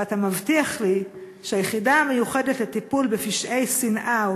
ואתה מבטיח לי שהיחידה המיוחדת לטיפול בפשעי שנאה,